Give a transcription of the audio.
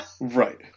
Right